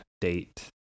date